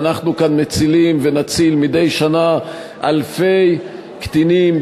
ואנחנו כאן מצילים ונציל מדי שנה אלפי קטינים,